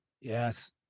Yes